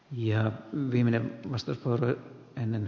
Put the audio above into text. ja viinanen vastasi polvet ennen